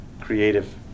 creative